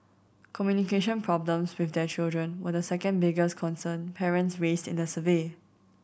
communication problems with their children were the second biggest concern parents raised in the survey